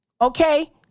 okay